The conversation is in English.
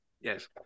Yes